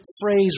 Phrase